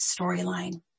storyline